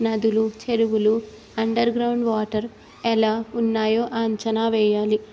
నదులు చెరువులు underground water ఎలా ఉన్నాయో అంచనా వేయాలి